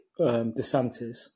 DeSantis